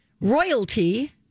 Royalty